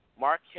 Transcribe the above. Mark